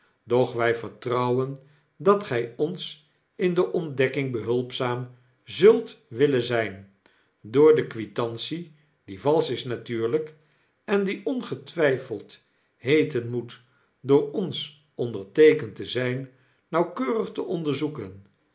doch wij vertrouwen dat gy ons in de ontdekking behulpzaam zult willen zp door de quitantie die valsch is natuurlp en die ongetwyfeld heeten moet door ons onderteekend te zijn nauwkeurig te onderzoeken